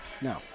No